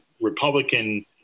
Republican